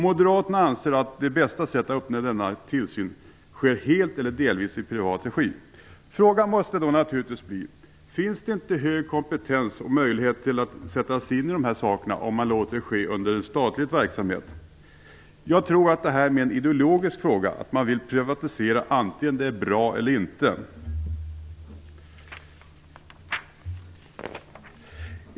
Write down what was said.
Moderaterna anser att det bästa sättet att uppnå denna tillsyn är att den helt eller delvis sker i privat regi. Frågan måste då naturligtvis bli: Finns det inte hög kompetens och möjlighet att sätta sig in i frågorna, om man låter det ske i statlig verksamhet. Jag tror att detta är en mer ideologisk fråga, dvs. att man vill privatisera antingen det är bra eller inte.